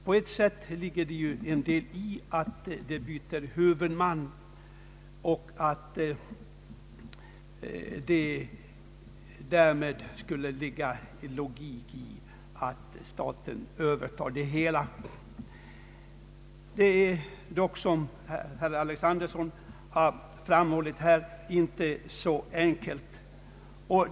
På ett sätt ligger det en del i att det är logiskt att staten övertar tillgångarna när man nu byter huvudman. Som herr Alexanderson framhållit är det dock inte så enkelt.